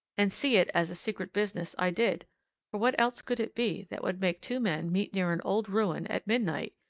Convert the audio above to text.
and see it as a secret business i did for what else could it be that would make two men meet near an old ruin at midnight,